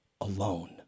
alone